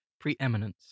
preeminence